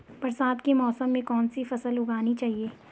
बरसात के मौसम में कौन सी फसल उगानी चाहिए?